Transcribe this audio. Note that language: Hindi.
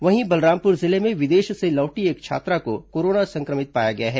वहीं बलरामपुर जिले में विदेश से लौटी एक छात्रा को कोरोना संक्रमित पाया गया है